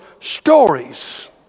stories